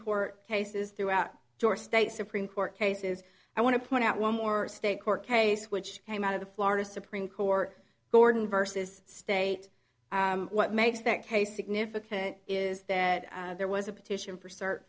court cases throughout your state supreme court cases i want to point out one more state court case which came out of the florida supreme court gordon versus state what makes that case significant is that there was a petition for cert